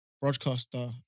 broadcaster